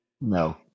No